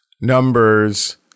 Numbers